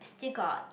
still got